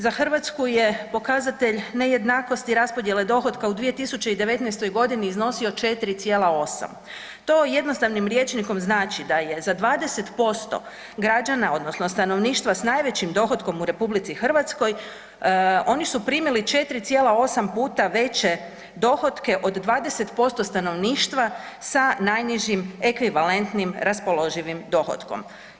Za Hrvatsku je pokazatelj nejednakosti raspodjele dohotka u 2019. godini iznosio 4,8, to jednostavnim rječnikom znači da je za 20% građana odnosno stanovništva s najvećim dohotkom u RH oni su primili 4,8 puta veće dohotke od 20% stanovništva sa najnižim ekvivalentnim raspoloživim dohotkom.